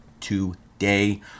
today